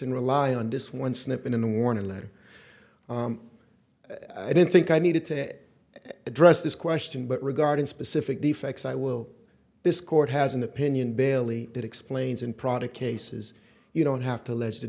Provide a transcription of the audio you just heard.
and rely on this one snippet in the morning that i didn't think i needed to address this question but regarding specific defects i will this court has an opinion bailey that explains in product cases you don't have to le